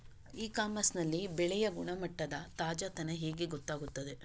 E commerce ನಲ್ಲಿ ಬೆಳೆಯ ಗುಣಮಟ್ಟ, ತಾಜಾತನ ಹೇಗೆ ಗೊತ್ತಾಗುತ್ತದೆ?